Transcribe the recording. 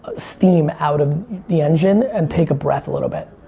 steam out of the engine and take a breath a little bit.